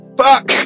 fuck